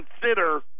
consider